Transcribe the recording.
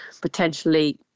potentially